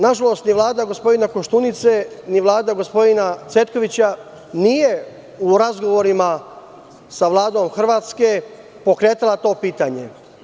Nažalost, ni vlada gospodina Koštunice, ni vlada gospodina Cvetkovića nije u razgovorima sa Vladom Hrvatske pokretala to pitanje.